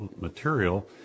material